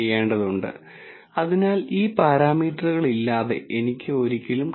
ഇത്തരത്തിലുള്ള പ്രോബ്ളങ്ങളിൽ നിങ്ങളുടെ പക്കലുള്ള ഡാറ്റ നമ്മൾ ഡാറ്റ x എന്ന് വിളിക്കും